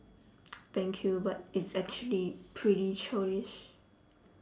thank you but it's actually pretty childish